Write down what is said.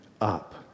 up